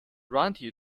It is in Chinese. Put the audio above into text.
软体